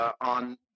on